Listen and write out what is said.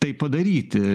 tai padaryti